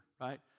right